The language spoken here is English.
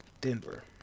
Denver